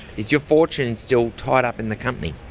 is your fortune still tied up in the company?